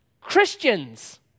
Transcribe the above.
Christians